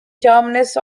terminus